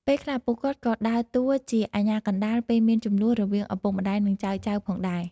ពេលខ្លះ ពួកគាត់ក៏ដើរតួជាអាជ្ញាកណ្ដាលពេលមានជម្លោះរវាងឪពុកម្ដាយ និងចៅៗផងដែរ។